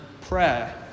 prayer